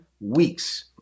weeks